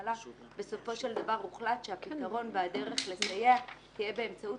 הכלכלה בסופו של דבר הוחלט שהפתרון והדרך לסייע תהיה באמצעות